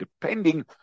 depending